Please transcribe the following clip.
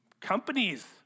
Companies